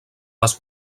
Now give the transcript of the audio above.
les